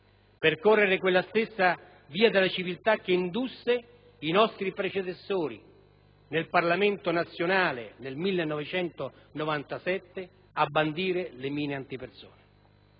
percorrere quella stessa via della civiltà che indusse i nostri predecessori nel Parlamento nazionale nel 1997 a bandire le mine antipersona.